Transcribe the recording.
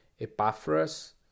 Epaphras